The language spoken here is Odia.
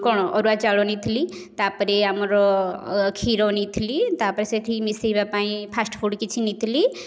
କ'ଣ ଅରୁଆ ଚାଉଳ ନେଇଥିଲି ତା'ପରେ ଆମର କ୍ଷୀର ନେଇଥିଲି ତାପରେ ସେଠି ମିଶେଇବା ପାଇଁ ଫାଷ୍ଟ୍ ଫୁଡ଼୍ କିଛି ନେଇଥିଲି